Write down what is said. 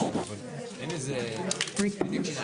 ואין הבדלים,